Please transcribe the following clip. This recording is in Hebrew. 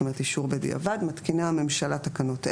(אישור בדיעבד) מתקינה הממשלה תקנות אלה: